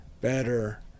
better